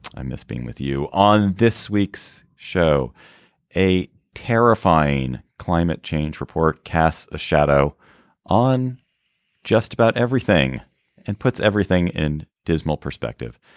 i miss being with you on this week's show a terrifying climate change report casts a shadow on just about everything and puts everything in dismal perspective.